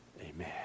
amen